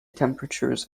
temperatures